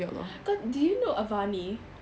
kau do you know avani